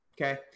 Okay